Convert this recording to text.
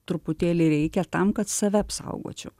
truputėlį reikia tam kad save apsaugočiau